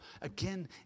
Again